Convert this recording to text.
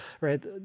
right